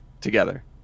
together